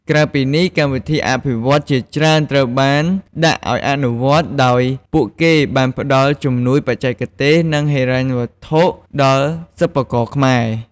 ក្រៅពីនេះ កម្មវិធីអភិវឌ្ឍន៍ជាច្រើនត្រូវបានដាក់ឱ្យអនុវត្ត ដោយពួកគេបានផ្ដល់ជំនួយបច្ចេកទេស និងហិរញ្ញវត្ថុដល់សិប្បករខ្មែរ។